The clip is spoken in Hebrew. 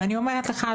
ואני אומרת לך,